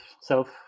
self